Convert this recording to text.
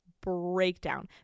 breakdown